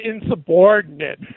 insubordinate